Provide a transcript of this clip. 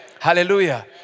Hallelujah